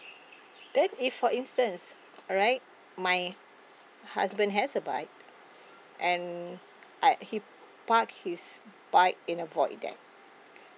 then if for instance alright my husband has a bike and uh he parked his bike in a void deck